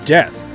Death